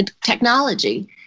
technology